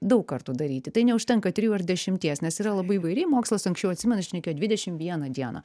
daug kartų daryti tai neužtenka trijų ar dešimties nes yra labai įvairiai mokslas anksčiau atsimenu šnekėjo dvidešim vieną dieną